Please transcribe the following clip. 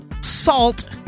salt